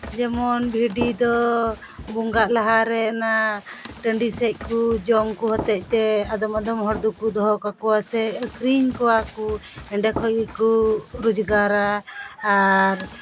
ᱡᱮᱢᱚᱱ ᱵᱷᱤᱰᱤ ᱫᱚ ᱵᱚᱸᱜᱟᱜ ᱞᱟᱦᱟᱨᱮ ᱚᱱᱟ ᱴᱟᱺᱰᱤ ᱥᱮᱫ ᱠᱚ ᱡᱚᱢ ᱩᱱᱠᱩ ᱦᱚᱛᱮᱫ ᱛᱮ ᱟᱫᱚᱢ ᱟᱫᱚᱢ ᱦᱚᱲ ᱫᱚᱠᱚ ᱫᱚᱦᱚ ᱠᱟᱠᱚᱣᱟ ᱥᱮ ᱟᱹᱠᱷᱨᱤᱧ ᱠᱚᱣᱟ ᱠᱚ ᱚᱸᱰᱮ ᱠᱷᱚᱱ ᱜᱮᱠᱚ ᱨᱳᱡᱽᱜᱟᱨᱟ ᱟᱨ